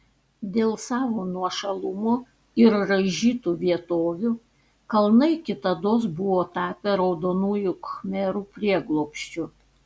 dėl savo nuošalumo ir raižytų vietovių kalnai kitados buvo tapę raudonųjų khmerų prieglobsčiu